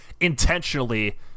intentionally